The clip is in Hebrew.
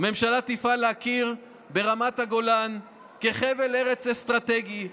"הממשלה תפעל להכיר ברמת הגולן כחבל ארץ אסטרטגי,